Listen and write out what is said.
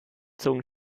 zogen